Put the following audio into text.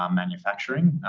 um manufacturing.